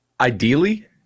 Ideally